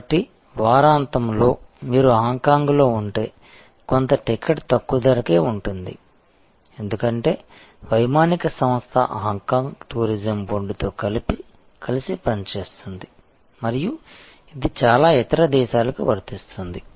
కాబట్టి వారాంతంలో మీరు హాంకాంగ్లో ఉంటే కొంత టికెట్ తక్కువ ధరకే ఉంటుంది ఎందుకంటే వైమానిక సంస్థ హాంకాంగ్ టూరిజం బోర్డుతో కలిసి పనిచేస్తుంది మరియు ఇది చాలా ఇతర దేశాలకు వర్తిస్తుంది